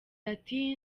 ati